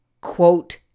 Quote